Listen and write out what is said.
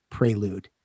Prelude